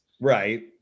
Right